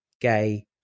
gay